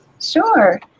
Sure